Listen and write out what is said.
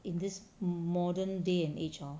in this modern day and age lor